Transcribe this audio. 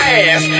ass